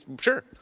sure